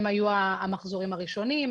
הם היו המחזורים הראשונים,